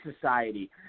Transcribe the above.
society